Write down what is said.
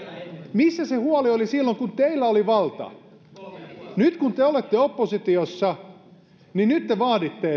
missä se huoli oli silloin kun teillä oli valta nyt kun te olette oppositiossa niin nyt te vaaditte